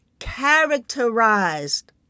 characterized